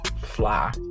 Fly